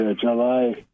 July